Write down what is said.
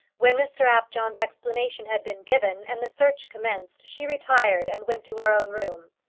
when mr apjohn's explanation had been given, and the search commenced, she retired and went to her own room.